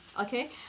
okay